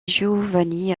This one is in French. giovanni